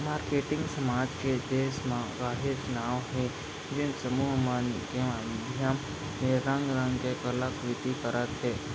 marketing समाज के देस म काहेच नांव हे जेन समूह मन के माधियम ले रंग रंग के कला कृति करत हे